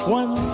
one